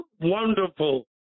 wonderful